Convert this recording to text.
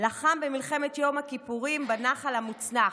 לחם במלחמת יום הכיפורים בנח"ל המוצנח,